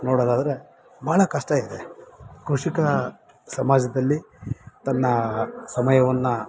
ನೋಡೋದಾದ್ರೆ ಭಾಳ ಕಷ್ಟ ಇದೆ ಕೃಷಿಕ ಸಮಾಜದಲ್ಲಿ ತನ್ನ ಸಮಯವನ್ನು